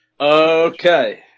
Okay